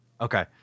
okay